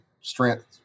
strength